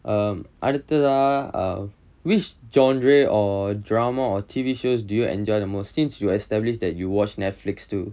அடுத்ததா:aduthathaa err which genre or drama or T_V shows do you enjoy the most since you establish that you watch Netflix too